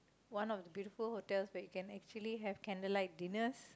one of the beautiful hotel where you can actually have candle light dinners